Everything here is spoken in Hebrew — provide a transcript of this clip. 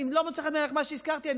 אם לא מוצא חן בעינייך מה שהזכרתי אני